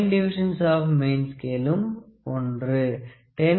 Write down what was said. S 9 divisions of Main Scale M